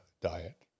diet